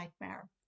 nightmare